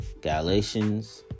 Galatians